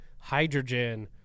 hydrogen